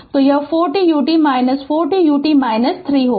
तो यह 4 t ut 4 t ut - 3 होगा